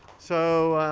so